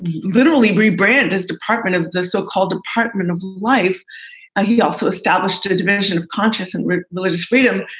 literally rebranded as department of the so-called department of life. and he also established the dimension of conscious and religious freedom,